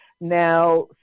Now